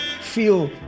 Feel